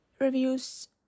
reviews